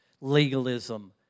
legalism